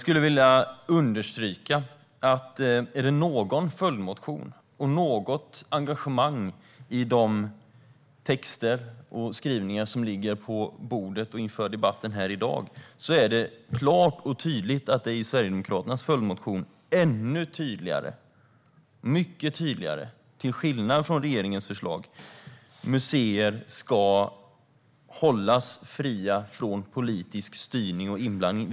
Är det i någon följdmotion och något engagemang i de texter och skrivningar som ligger bordet inför debatten i dag är det klart och tydligt att det är i Sverigedemokraternas följdmotion som det är ännu tydligare, mycket tydligare, till skillnad från i regeringens förslag, att museer ska hållas fria från politisk styrning och inblandning.